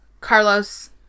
Carlos